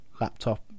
laptop